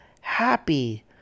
happy